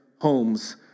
homes